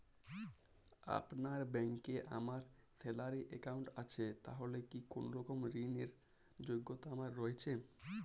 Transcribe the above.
আপনার ব্যাংকে আমার স্যালারি অ্যাকাউন্ট আছে তাহলে কি কোনরকম ঋণ র যোগ্যতা আমার রয়েছে?